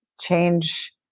change